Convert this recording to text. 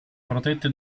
protette